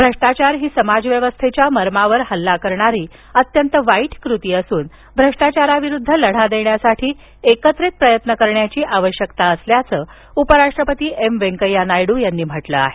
भ्रष्टाचार ही समाजव्यवस्थेच्या मर्मावर हल्ला करणारी अत्यंत वाईट कृती असून भ्रष्टाचाराविरुद्ध लढा देण्यासाठी एकत्रित प्रयत्न करण्याची आवश्यकता असल्याचं उपराष्ट्रपती एम व्यंकय्या नायडू यांनी म्हटलं आहे